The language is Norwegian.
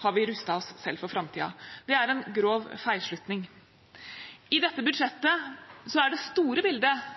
har vi rustet oss selv for framtiden. Det er en grov feilslutning. I dette budsjettet er det store bildet